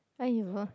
!aiyo! oh